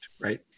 right